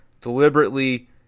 deliberately